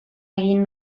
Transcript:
egin